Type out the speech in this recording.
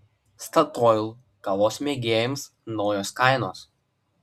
statoil kavos mėgėjams naujos kainos